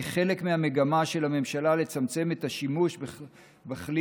כחלק מהמגמה של הממשלה לצמצם את השימוש בכלי